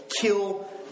kill